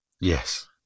Yes